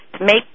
make